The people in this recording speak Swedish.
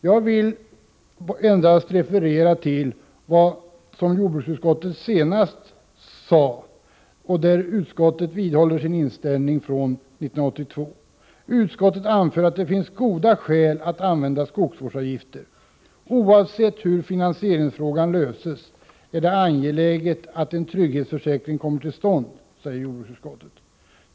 Jag vill nu endast referera till vad jordbruksutskottet senast sagt, då utskottet vidhåller sin inställning från 1982. Utskottet anför att det finns goda skäl för att använda skogsvårdsavgifter. Oavsett hur finansieringsfrågan löses är det angeläget att en trygghetsförsäkring kommer till stånd, säger jordbruksutskottet.